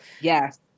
Yes